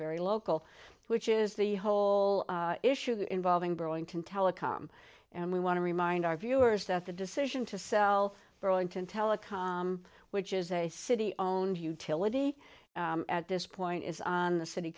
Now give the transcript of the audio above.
very local which is the whole issue involving burlington telecom and we want to remind our viewers that the decision to sell burlington telecom which is a city own utility at this point is on the city